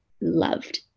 loved